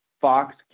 Fox